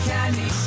Candy